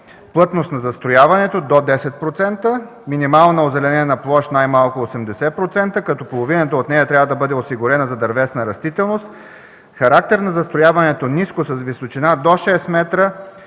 плътност на застрояването – до 10%; минимална озеленена площ – най-малко 80%, като половината от нея трябва да бъде осигурена за дървесна растителност; характер на застрояването – ниско, с височина до 6 метра,